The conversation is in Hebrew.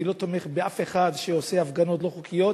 אני לא תומך באף אחד שעושה הפגנות לא חוקיות,